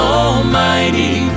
almighty